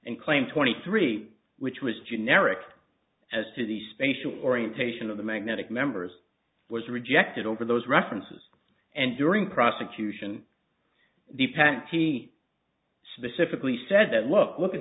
and claim twenty three which was generic as to the spatial orientation of the magnetic members was rejected over those references and during prosecution the patent he specifically said that look look at